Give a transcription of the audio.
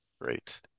great